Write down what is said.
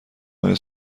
های